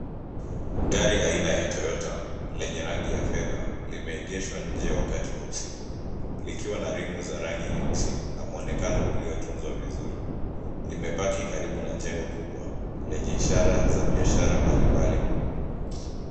Gari aina ya Toyota lenye rangi ya fedha limeegeshwa nje wakati wa usiku, likiwa na rimu za rangi nyeusi na mwonekano uliotunzwa vizuri. Limepaki karibu na jengo kubwa lenye ishara za biashara mbalimbali.